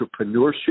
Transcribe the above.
entrepreneurship